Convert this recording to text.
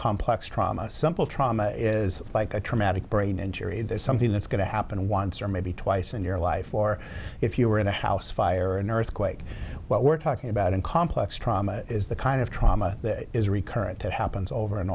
complex trauma simple trauma is like a traumatic brain injury and there's something that's going to happen once or maybe twice in your life or if you were in a house fire or an earthquake what we're talking about in complex trauma is the kind of trauma that is recurrent it happens over and